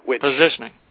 Positioning